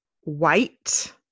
White